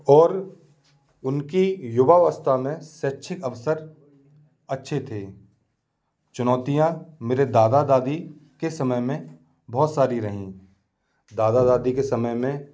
और उनकी युवावस्था में शैक्षिक अवसर अच्छे थे चुनौतियाँ मेरे दादा दादी के समय में बहुत सारी रहीं दादा दादी के समय में